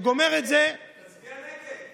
תצביע נגד.